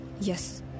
yes